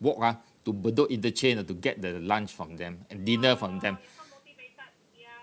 walk ah to bedok interchange ah to get the lunch from them uh dinner from them